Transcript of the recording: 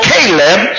Caleb